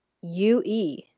U-E